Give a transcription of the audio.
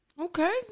Okay